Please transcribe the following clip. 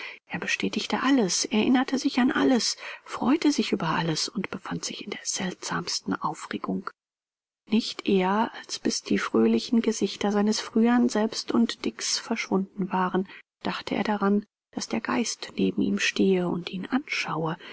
er bestätigte alles erinnerte sich an alles freute sich über alles und befand sich in der seltsamsten aufregung nicht eher als bis die fröhlichen gesichter seines frühern selbst und dicks verschwunden waren dachte er daran daß der geist neben ihm stehe und ihn anschaue